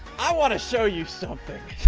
i want to show you something.